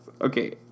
Okay